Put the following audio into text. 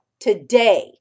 today